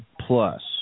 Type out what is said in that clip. Plus